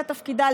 זה תפקידה,